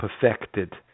perfected